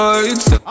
Lights